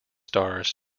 stars